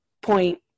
point